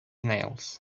nails